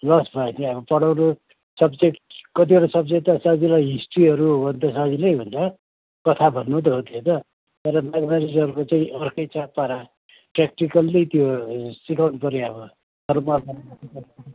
loss भयो नि अब पढाउनु सब्जेक्ट कतिवटा सब्जेक्ट सजिलो हिस्ट्रीहरू हो भने त सजिलै हुन्छ कथा भन्नु त हो त्यो त तर म्याथम्याटिक्सहरूको चाहिँ अर्कै छ पारा प्र्याक्टिकल्ली त्यो सिकाउनु पऱ्यो अब फर्म